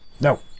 No